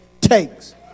takes